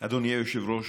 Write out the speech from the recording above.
אדוני היושב-ראש,